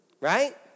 right